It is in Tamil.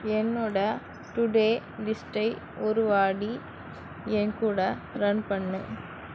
என்னோட டு டே லிஸ்ட்டை ஒரு வாடி என்கூட ரன் பண்ணு